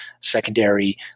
secondary